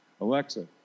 Alexa